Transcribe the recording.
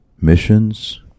missions